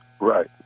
Right